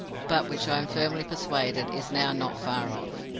but which i am firmly persuaded is now not far off.